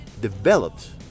developed